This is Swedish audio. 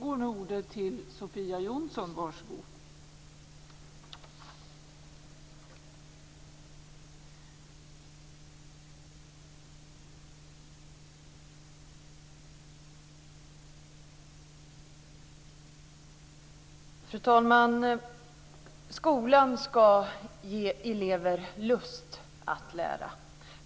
Fru talman! Skolan ska ge elever lust att lära.